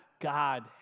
God